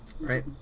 right